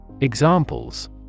Examples